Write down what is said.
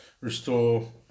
restore